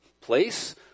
place